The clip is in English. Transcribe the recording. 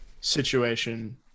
situation